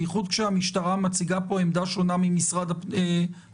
בייחוד כשמשטרה מציגה פה עמדה שונה משל משרד המשפטים,